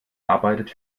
arbeitet